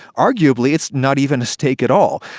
arguably, it's not even a steak at all.